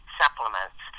supplements